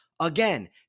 Again